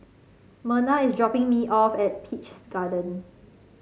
Merna is dropping me off at Peach's Garden